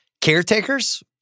Caretakers